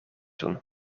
doen